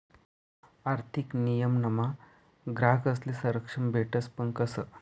आर्थिक नियमनमा ग्राहकस्ले संरक्षण भेटस पण कशं